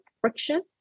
friction